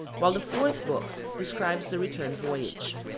while the fourth book describes the return voyage.